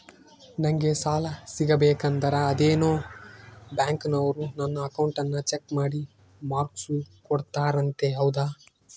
ನಂಗೆ ಸಾಲ ಸಿಗಬೇಕಂದರ ಅದೇನೋ ಬ್ಯಾಂಕನವರು ನನ್ನ ಅಕೌಂಟನ್ನ ಚೆಕ್ ಮಾಡಿ ಮಾರ್ಕ್ಸ್ ಕೋಡ್ತಾರಂತೆ ಹೌದಾ?